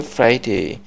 Friday